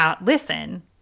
listen